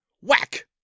whack